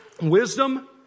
wisdom